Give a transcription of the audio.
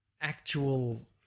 actual